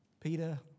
Peter